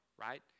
right